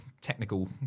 technical